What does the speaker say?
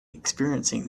experiencing